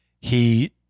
he-